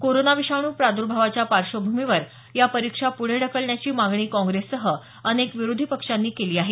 corona विषाणू प्रादुर्भावाच्या पार्श्वभूमीवर या परीक्षा पुढे ढकलण्याची मागणी काँग्रेससह अनेक विरोधी पक्षांनी केली आहे